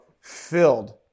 filled